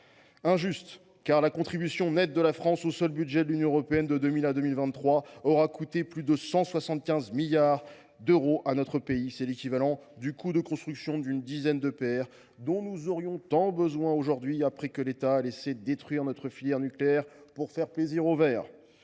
ensuite, car la contribution nette de la France au seul budget de l’Union européenne de 2000 à 2023 aura coûté plus de 175 milliards d’euros à notre pays. C’est l’équivalent du coût de construction d’une dizaine d’EPR (), dont nous aurions tant besoin aujourd’hui, après que l’État a laissé détruire notre filière nucléaire pour faire plaisir aux Verts.